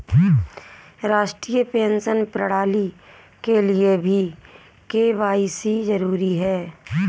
राष्ट्रीय पेंशन प्रणाली के लिए भी के.वाई.सी जरूरी है